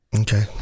Okay